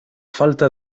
falta